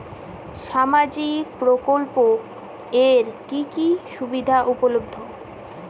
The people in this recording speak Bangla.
সামাজিক প্রকল্প এর কি কি সুবিধা উপলব্ধ?